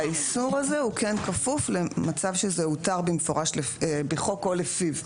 שהאיסור הזה הוא כן כפוף למצב שזה הותר במפורש בחוק או לפיו,